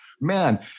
man